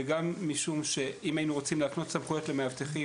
וגם משום שאם היינו רוצים להקנות סמכויות למאבטחים,